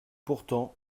pourtant